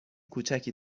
کوچکی